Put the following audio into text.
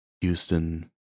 Houston